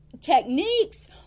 techniques